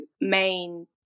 main